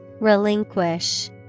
Relinquish